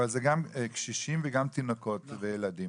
אבל זה גם קשישים וגם תינוקות וילדים.